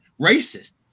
Racist